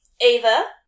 Ava